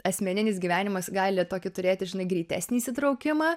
asmeninis gyvenimas gali tokį turėti žinai greitesnį įsitraukimą